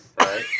right